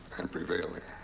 and prevailing.